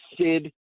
Sid